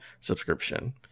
subscription